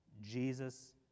jesus